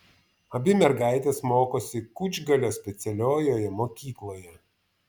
abi mergaitės mokosi kučgalio specialiojoje mokykloje